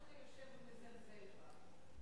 או שאתה יושב ומזלזל בה.